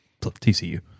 TCU